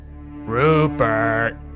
Rupert